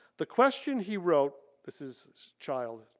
the question he wrote, this is child